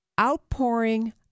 outpouring